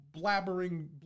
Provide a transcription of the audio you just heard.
blabbering